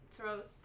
Throws